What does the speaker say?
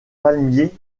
palmier